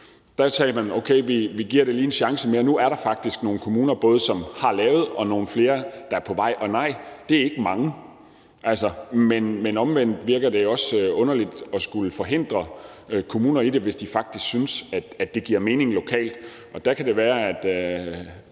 det, sagde man: Okay, vi giver det lige en chance mere. Nu er der faktisk nogle kommuner, som har lavet en skole, og der er flere på vej. Og nej, det er ikke mange. Men omvendt virker det også underligt at skulle forhindre kommuner i det, hvis de faktisk synes, at det giver mening lokalt. Og der kan det være, at